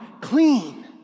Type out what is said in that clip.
clean